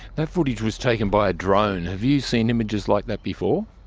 that footage was taken by a drone. have you seen images like that before?